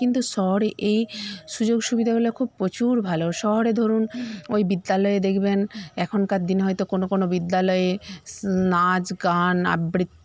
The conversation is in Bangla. কিন্তু শহরে এই সুযোগ সুবিধাগুলো খুব প্রচুর ভালো শহরে ধরুন ওই বিদ্যালয়ে দেখবেন এখনকার দিনে হয়তো কোনও কোনও বিদ্যালয়ে নাচ গান আবৃত্তি